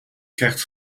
krijgt